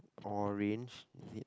orange is it